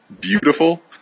Beautiful